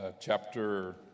chapter